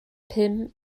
pum